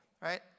right